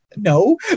no